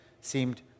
seemed